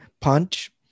punch